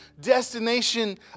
destination